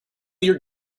your